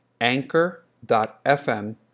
anchor.fm